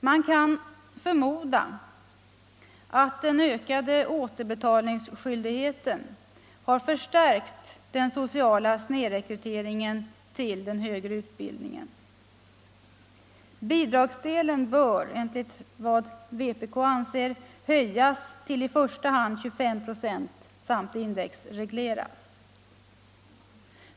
Man kan förmoda att den ökade återbetalningsskyldigheten har förstärkt den sociala snedrekryteringen till den högre utbildningen. Bidragsdelen bör enligt vad vpk anser höjas till i första hand 25 96 samt indexregleras.